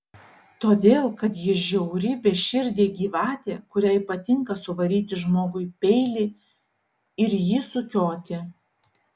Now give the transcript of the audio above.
todėl kad ji žiauri beširdė gyvatė kuriai patinka suvaryti žmogui peilį ir jį sukioti